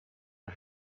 are